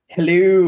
Hello